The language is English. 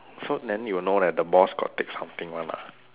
so then you know like that the boss got take something one [what]